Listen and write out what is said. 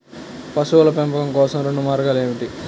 పశువుల పెంపకం కోసం రెండు మార్గాలు ఏమిటీ?